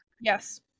yes